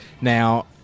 Now